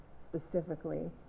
specifically